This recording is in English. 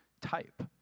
type